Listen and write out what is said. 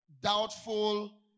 doubtful